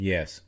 Yes